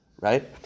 right